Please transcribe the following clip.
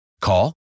Call